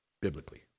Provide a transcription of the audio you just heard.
biblically